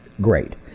great